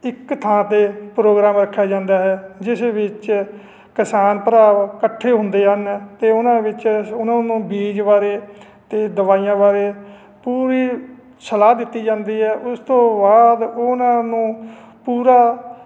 ਇੱਕ ਥਾਂ 'ਤੇ ਪ੍ਰੋਗਰਾਮ ਰੱਖਿਆ ਜਾਂਦਾ ਹੈ ਜਿਸ ਵਿੱਚ ਕਿਸਾਨ ਭਰਾ ਇਕੱਠੇ ਹੁੰਦੇ ਹਨ ਅਤੇ ਉਹਨਾਂ ਵਿੱਚ ਉਹਨਾਂ ਨੂੰ ਬੀਜ ਬਾਰੇ ਅਤੇ ਦਵਾਈਆਂ ਬਾਰੇ ਪੂਰੀ ਸਲਾਹ ਦਿੱਤੀ ਜਾਂਦੀ ਹੈ ਉਸ ਤੋਂ ਬਾਅਦ ਉਹਨਾਂ ਨੂੰ ਪੂਰਾ